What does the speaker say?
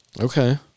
Okay